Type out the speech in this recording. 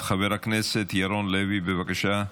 חבר הכנסת ירון לוי, בבקשה.